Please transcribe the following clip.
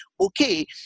okay